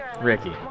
Ricky